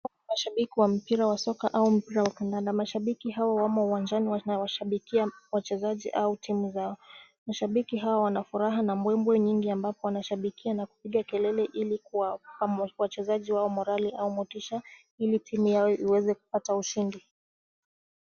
Mashabiki wa mpira wa soka au mpira wa kandanda. Mashabiki hao wamo uwanjani wanawashabikia wachezaji au timu zao. Mashabiki hawa wana furaha na mbwembwe nyingi ambapo wanashabikia na kupiga kelele ili kuwapa wachezaji wao morali au motisha ili timu yao iweze kupata ushindi.